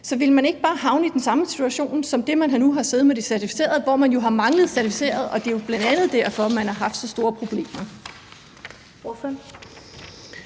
Så ville man ikke bare havne i den samme situation som den, man nu har siddet i, hvor man jo har manglet certificerede? Det er jo bl.a. derfor, man har haft så store problemer.